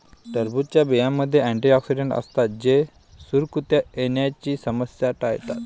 टरबूजच्या बियांमध्ये अँटिऑक्सिडेंट असतात जे सुरकुत्या येण्याची समस्या टाळतात